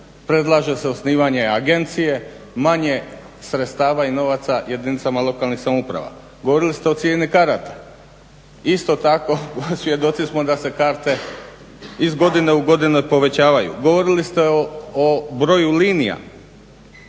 predlaže se osnivanje agencije, manje sredstava i novaca jedinicama lokalnih samouprava. Govorili ste o cijeni karata, isto tako svjedoci smo da se karte iz godine u godinu i povećavaju. Govorili ste o broju linija